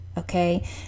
Okay